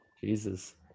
Jesus